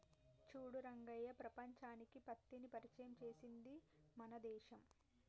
చూడు రంగయ్య ప్రపంచానికి పత్తిని పరిచయం చేసింది మన దేశం